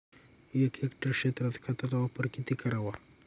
एक हेक्टर क्षेत्रात खताचा वापर किती करावा?